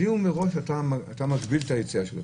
אם מראש אתה מגביל את היציאה שלו,